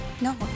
No